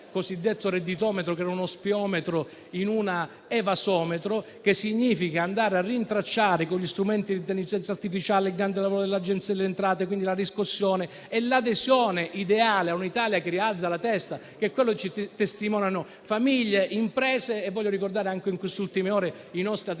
il cosiddetto redditometro, che era uno "spiometro", in una "evasometro". Il che significa andare a rintracciare con gli strumenti di intelligenza artificiale il grande lavoro dell'Agenzia delle entrate e, quindi, la riscossione e l'adesione ideale a un'Italia che rialza la testa, che è quello che ci testimoniano famiglie e imprese. Voglio ricordare anche in queste ultime ore i nostri atleti